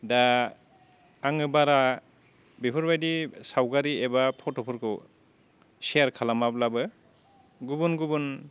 दा आङो बारा बेफोरबायदि सावगारि एबा फट'फोरखौ सेयार खालामाब्लाबो गुबुन गुबुन